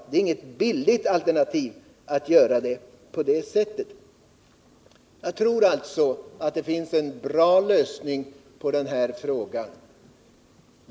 Det är inget billigt alternativ att göra på det sättet. Jag tror alltså att det finns en bra lösning på den här frågan.